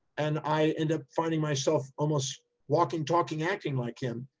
and i ended up finding myself, almost walking, talking, acting like him.